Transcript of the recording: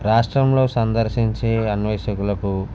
రాష్ట్రంలో సందర్శించే అన్వేషకులకు